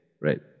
Right